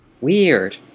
Weird